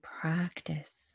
practice